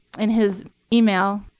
in his email,